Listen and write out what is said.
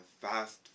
Fast